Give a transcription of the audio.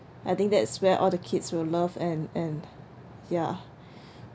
I think that is where all the kids will love and and ya